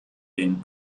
den